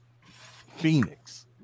Phoenix